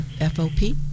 FOP